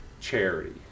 Charity